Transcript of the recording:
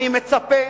אני מצפה,